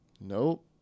Nope